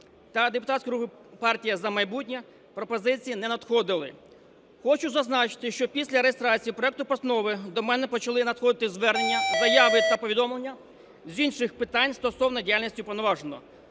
та депутатської партії "За майбутнє" пропозиції не надходили. Хочу зазначити, що після реєстрації проекту Постанови до мене почали надходити звернення, заяви та повідомлення з інших питань стосовно діяльності Уповноваженого.